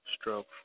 stroke